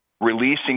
releasing